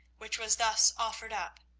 which was thus offered up,